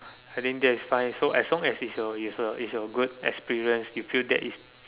I think that is fine so as long as it's your it's your it's your good experience you feel that is